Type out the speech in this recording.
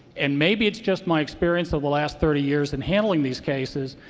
and maybe it's just my experience over the last thirty years in handling these cases,